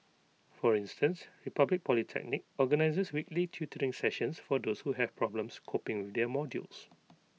for instance republic polytechnic organises weekly tutoring sessions for those who have problems coping with their modules